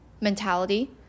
mentality